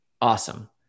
Awesome